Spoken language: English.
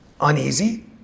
uneasy